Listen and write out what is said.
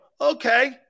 Okay